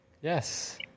Yes